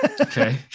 Okay